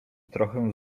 trochę